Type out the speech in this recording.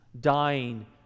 dying